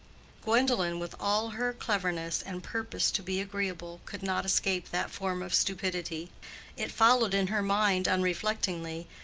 gwendolen, with all her cleverness and purpose to be agreeable, could not escape that form of stupidity it followed in her mind, unreflectingly,